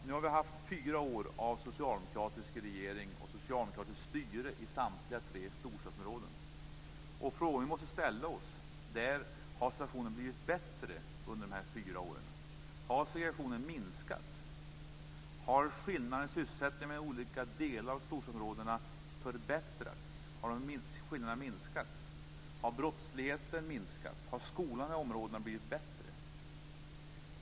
Nu har vi haft fyra år av socialdemokratisk regering och socialdemokratiskt styre i samtliga tre storstadsområden. De frågor vi måste ställa oss är: Har situationen blivit bättre under de här fyra åren? Har segregationen minskat? Har skillnaden i sysselsättning mellan olika delar av storstadsområdena minskat? Har brottsligheten minskat? Har skolan i områdena blivit bättre?